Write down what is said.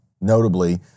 notably